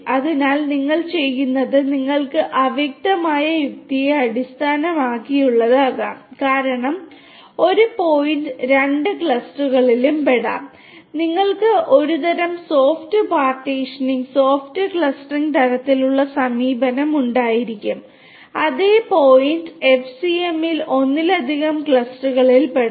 അതിനാൽ fuzzy C അർത്ഥം അല്ലെങ്കിൽ എഫ്സിഎമ്മിൽ ഒന്നിലധികം ക്ലസ്റ്ററുകളിൽ പെടാം